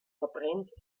verbrennt